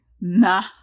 nah